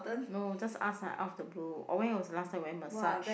no just ask out of the blue or when was the last time you went massage